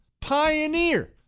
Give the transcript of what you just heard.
pioneer